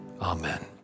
amen